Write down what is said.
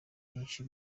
byinshi